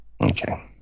okay